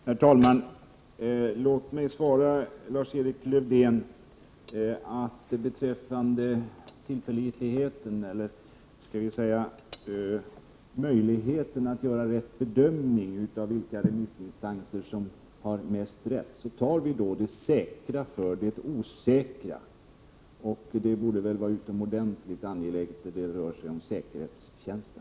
När det gäller möjligheten att göra rätt bedömning av vilka remissinstanser som har mest rätt vill jag till Lars-Erik Lövdén säga att vi moderater tar det säkra före det osäkra. Detta borde väl vara utomordentligt angeläget då det rör sig om säkerhetstjänsten.